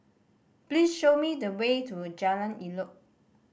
please show me the way to Jalan Elok